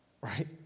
right